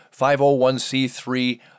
501c3